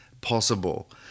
possible